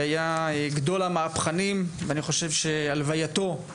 היה גדול המהפכנים ואני חושב שהלווייתו,